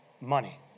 money